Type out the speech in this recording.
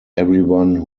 everyone